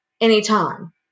anytime